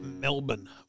Melbourne